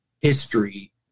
history